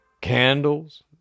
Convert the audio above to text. candles